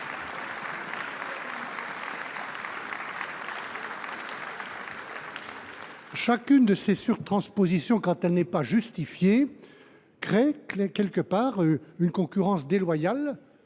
Chacune de ces surtranspositions, quand elle n’est pas justifiée, introduit de la concurrence déloyale,